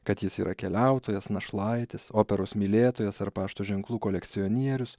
kad jis yra keliautojas našlaitis operos mylėtojas ar pašto ženklų kolekcionierius